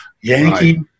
Yankee